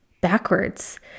backwards